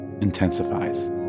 intensifies